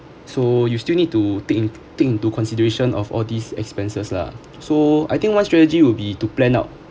so you still need to think think into consideration of all these expenses lah so I think one strategy would be to plan out